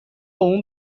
اون